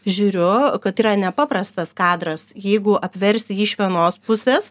žiūriu kad yra nepaprastas kadras jeigu apversti jį iš vienos pusės